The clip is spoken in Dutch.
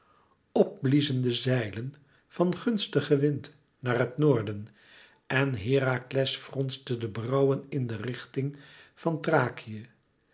de zeilen van gunstigen wind naar het noorden en herakles fronste de brauwen in de richting van thrakië